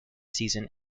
season